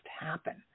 happen